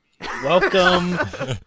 Welcome